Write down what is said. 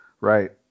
right